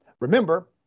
remember